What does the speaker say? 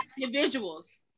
individuals